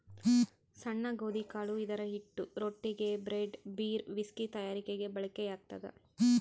ಸಣ್ಣ ಗೋಧಿಕಾಳು ಇದರಹಿಟ್ಟು ರೊಟ್ಟಿಗೆ, ಬ್ರೆಡ್, ಬೀರ್, ವಿಸ್ಕಿ ತಯಾರಿಕೆಗೆ ಬಳಕೆಯಾಗ್ತದ